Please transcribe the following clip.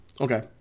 Okay